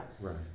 Right